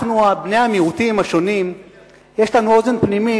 זה לא נכון שהמתנחלים עושים כל מיני